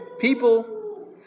people